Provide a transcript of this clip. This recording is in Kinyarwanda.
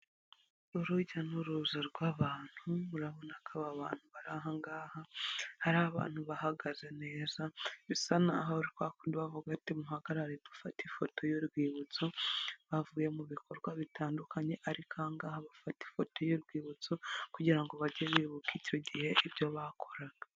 Urujya n'uruza rw'abantu murabona ko aba abantu barahangaha ari abantu bahagaze neza bisa naho bavuga "bati" muhagarare dufate ifoto y'urwibutso bavuye mu bikorwa bitandukanye ariko ahangaha bafate ifoto y'urwibutso kugira ngo bajye bibuka icyo gihe ibyo bakoraga.